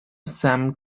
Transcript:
sam